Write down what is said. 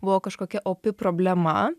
buvo kažkokia opi problema